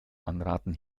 anraten